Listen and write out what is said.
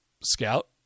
scout